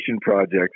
projects